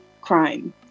crime